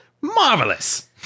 marvelous